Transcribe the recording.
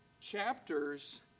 chapters